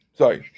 sorry